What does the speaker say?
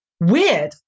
weird